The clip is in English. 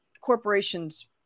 corporations